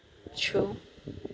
true